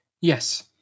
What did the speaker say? Yes